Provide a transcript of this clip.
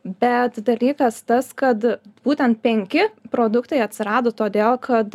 bet dalykas tas kad būtent penki produktai atsirado todėl kad